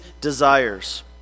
desires